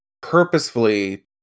purposefully